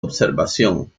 observación